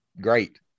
great